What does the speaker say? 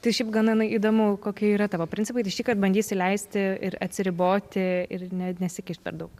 tai šiaip gana na įdomu kokie yra tavo principai ir šįkart bandys įleisti ir atsiriboti ir net nesikišt per daug